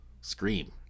Scream